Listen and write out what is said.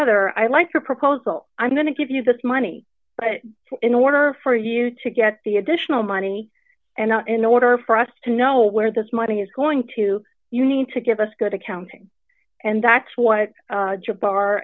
other i like your proposal i'm going to give you this money but in order for you to get the additional money and in order for us to know where this money is going to you need to give us good accounting and that's what jabar